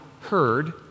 heard